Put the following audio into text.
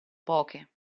poche